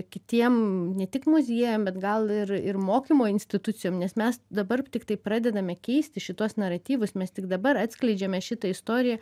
kitiem ne tik muziejam bet gal ir ir mokymo institucijom nes mes dabar tiktai pradedame keisti šituos naratyvus mes tik dabar atskleidžiame šitą istoriją